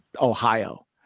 ohio